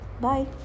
Bye